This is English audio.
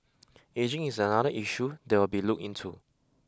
ageing is another issue that will be looked into